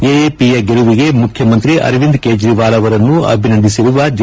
ಎಎಪಿಯ ಗೆಲುವಿಗೆ ಮುಖ್ಯಮಂತ್ರಿ ಅರವಿಂದ ಕೇಜ್ರವಾಲ್ ಅವರನ್ನು ಅಭಿನಂದಿಸಿರುವ ಜೆ